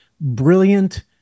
brilliant